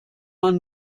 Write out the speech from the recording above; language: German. man